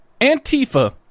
Antifa